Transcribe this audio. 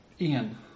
Ian